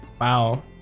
Wow